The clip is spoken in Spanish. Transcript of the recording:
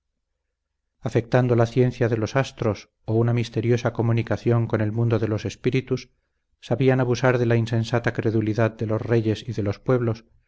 afectando la ciencia de los astros o una misteriosa comunicación con el mundo de los espíritus sabían abusar de la insensata credulidad de los reyes y de los pueblos